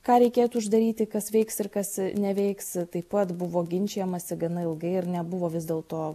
ką reikėtų uždaryti kas veiks ir kas neveiks taip pat buvo ginčijamasi gana ilgai ir nebuvo vis dėlto